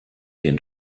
den